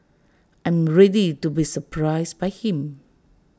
I am ready to be surprised by him